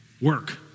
Work